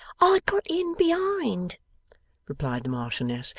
i got in behind replied the marchioness.